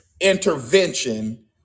intervention